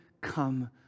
come